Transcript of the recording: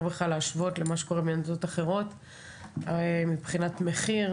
בכלל להשוות למה שקורה במדינות אחרות מבחינת מחיר,